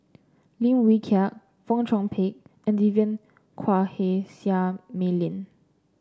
Lim Wee Kiak Fong Chong Pik and Vivien Quahe Seah Mei Lin